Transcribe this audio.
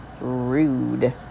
rude